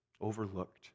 overlooked